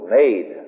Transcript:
made